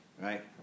right